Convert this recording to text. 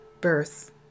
birth